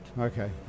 Okay